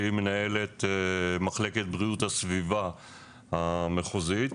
שהיא מנהלת מחלקת בריאות הסביבה המחוזית.